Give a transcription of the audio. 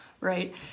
Right